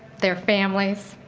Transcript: their families,